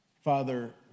Father